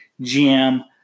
GM